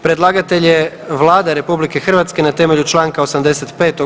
Predlagatelj je Vlada RH na temelju Članka 85.